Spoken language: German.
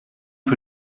für